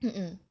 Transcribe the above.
mmhmm